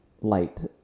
light